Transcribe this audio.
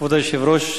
כבוד היושב-ראש,